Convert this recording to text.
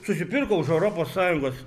susipirko už europos sąjungos